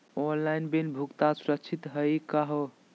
Online bill भुगतान सुरक्षित हई का हो?